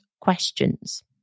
questions